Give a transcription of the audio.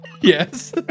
Yes